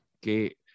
que